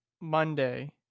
Monday